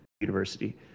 university